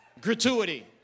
gratuity